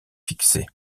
fixée